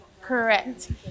Correct